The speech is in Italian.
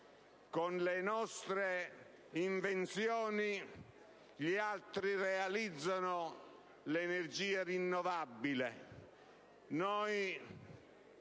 Con le nostre invenzioni gli altri realizzano l'energia rinnovabile,